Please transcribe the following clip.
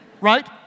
right